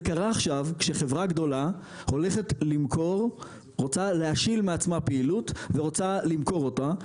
זה קרה עכשיו כשחברה גדולה רוצה להשיל מעצמה פעילות ורוצה למכור אותה.